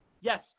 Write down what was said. Yes